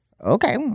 Okay